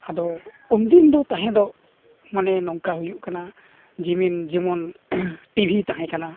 ᱟᱫᱚ ᱩᱱ ᱫᱤᱱ ᱫᱚ ᱛᱟᱦᱮᱸ ᱫᱚ ᱢᱟᱱᱮ ᱱᱚᱝᱠᱟ ᱦᱩᱭᱩᱜ ᱠᱟᱱᱟ ᱡᱮᱢᱚᱱ ᱡᱮᱢᱚᱱ ᱴᱤᱵᱷᱤ ᱛᱟᱦᱮᱸ ᱠᱟᱱᱟ